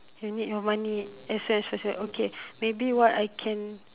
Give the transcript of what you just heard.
you need your money as soon as possible okay maybe what I can